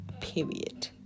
period